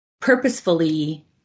purposefully